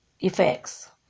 effects